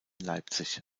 leipzig